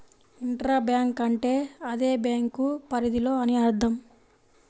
intra bank అంటే అదే bank పరిధిలో అని అర్థం